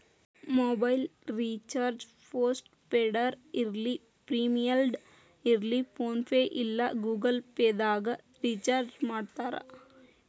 mobile recharge post ಪೇಡರ ಇರ್ಲಿ prepaid ಇರ್ಲಿ ಫೋನ್ಪೇ ಇಲ್ಲಾ ಗೂಗಲ್ ಪೇದಾಗ್ ರಿಚಾರ್ಜ್ಮಾಡ್ತಾರ